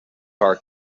far